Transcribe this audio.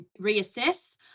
reassess